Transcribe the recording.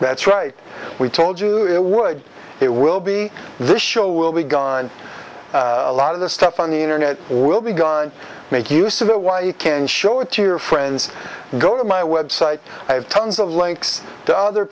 that's right we told you it would it will be this show will be gone a lot of the stuff on the internet will be gone make use of it why you can show it to your friends go to my website i have tons of links to other